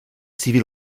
civile